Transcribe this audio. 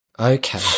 Okay